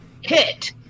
hit